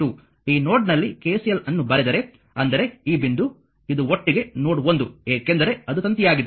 ಈ ನೋಡ್ನಲ್ಲಿ KCL ಅನ್ನು ಬರೆದರೆ ಅಂದರೆ ಈ ಬಿಂದು ಇದು ಒಟ್ಟಿಗೆ ನೋಡ್ 1 ಏಕೆಂದರೆ ಅದು ತಂತಿಯಾಗಿದೆ